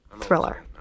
thriller